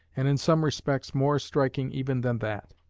and in some respects more striking even than that.